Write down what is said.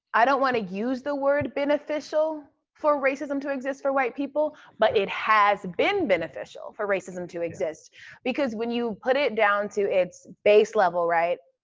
i don't wanna use the word beneficial for racism to exist for white people, but it has been beneficial for racism to exist because when you put it down to its base level, right,